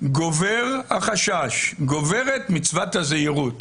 גובר החשש, גוברת מצוות הזהירות.